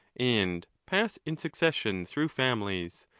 and pass in succession through families,